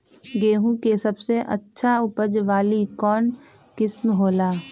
गेंहू के सबसे अच्छा उपज वाली कौन किस्म हो ला?